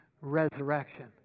resurrection